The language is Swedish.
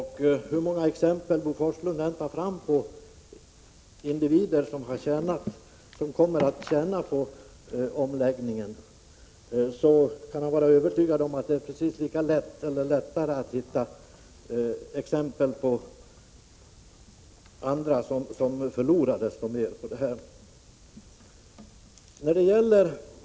Hur många exempel Bo Forslund än tar fram på individer som kommer att tjäna på omläggningen, kan han vara övertygad om att det är lättare att finna exempel på personer som förlorar desto mer.